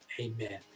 Amen